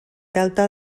delta